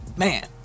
Man